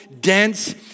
dense